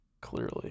Clearly